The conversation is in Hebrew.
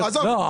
לא, עזוב איתן.